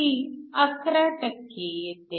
ती 11 येते